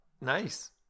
Nice